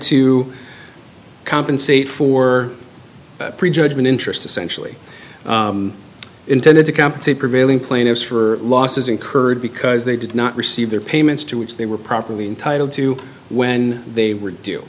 to compensate for prejudgment interest to sensually intended to compensate prevailing plaintiffs for losses incurred because they did not receive their payments to which they were properly entitled to when they